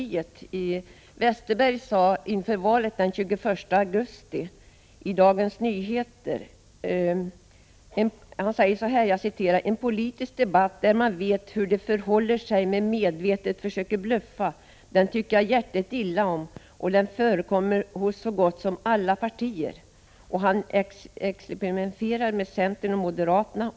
Bengt Westerberg sade under valrörelsen den 21 augusti i Dagens Nyheter bl.a.: ”En politisk debatt där man vet hur det förhåller sig men medvetet försöker bluffa, den tycker jag hjärtligt illa om, och den förekommer hos så gott som alla partier.” Bengt Westerberg exemplifierade med centern och moderaterna.